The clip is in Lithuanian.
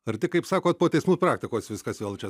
ar tik kaip sakot po teismų praktikos viskas vėl čia